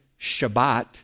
Shabbat